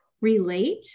relate